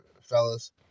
fellas